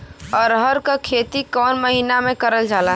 अरहर क खेती कवन महिना मे करल जाला?